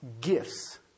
gifts